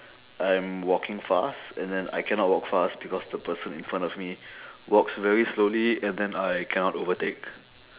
I'm walking fast and then I cannot walk fast because the person in front of me walks very slowly and then I cannot overtake